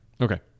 Okay